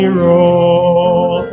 roll